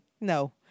No